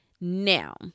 now